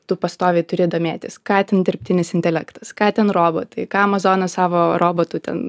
tu pastoviai turi domėtis ką ten dirbtinis intelektas ką ten robotai ką amazonas savo robotų ten